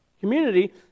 community